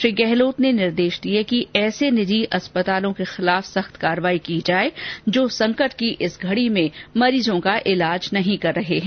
श्री गहलोत ने निर्देश दिए कि ऐसे निजी अस्पतालों के खिलाफ सख्त कार्रवाई करें जो संकट की इस घडी में मरीजों का ईलाज नहीं कर रहे है